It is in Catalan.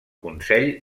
consell